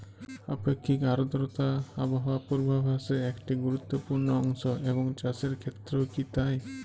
আপেক্ষিক আর্দ্রতা আবহাওয়া পূর্বভাসে একটি গুরুত্বপূর্ণ অংশ এবং চাষের ক্ষেত্রেও কি তাই?